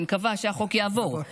אני מקווה שהחוק יעבור.